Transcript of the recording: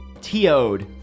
TO'd